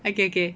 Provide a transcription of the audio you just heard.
okay okay